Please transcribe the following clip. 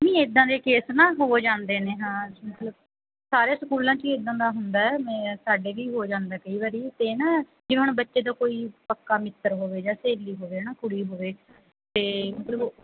ਨਹੀਂ ਇੱਦਾਂ ਦੇ ਕੇਸ ਨਾ ਹੋ ਜਾਂਦੇ ਨੇ ਹਾਂ ਮਤਲਬ ਸਾਰੇ ਸਕੂਲਾਂ 'ਚ ਹੀ ਇੱਦਾਂ ਦਾ ਹੁੰਦਾ ਮੈਂ ਸਾਡੇ ਵੀ ਹੋ ਜਾਂਦਾ ਕਈ ਵਾਰੀ ਤੇ ਨਾ ਜਿਵੇਂ ਹੁਣ ਬੱਚੇ ਤਾਂ ਕੋਈ ਪੱਕਾ ਮਿੱਤਰ ਹੋਵੇ ਜਾਂ ਸਹੇਲੀ ਹੋਵੇ ਹੈ ਨਾ ਕੁੜੀ ਹੋਵੇ ਅਤੇ ਮਤਲਬ ਉਹ